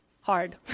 hard